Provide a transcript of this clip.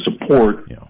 support